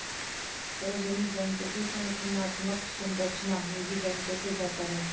सार्वजनिक बैंकों की संगठनात्मक संरचना निजी बैंकों से बेहतर है